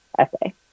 essay